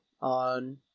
on